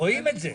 רואים את זה.